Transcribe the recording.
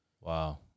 Wow